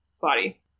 body